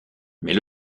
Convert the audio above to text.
mais